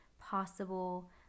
possible